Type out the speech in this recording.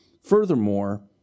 Furthermore